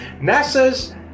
NASA's